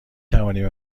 توانی